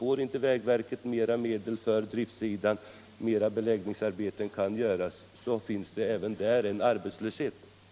Får inte vägverket mera medel för driftsidan så att mera beläggningsarbeten kan utföras blir det ökad arbetslöshet även där.